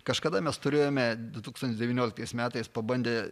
kažkada mes turėjome du tūkstantis devynioliktais metais pabandė